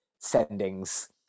sendings